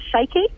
shaky